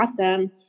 awesome